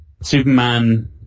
Superman